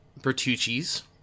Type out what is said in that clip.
Bertucci's